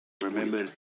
Remember